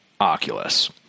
Oculus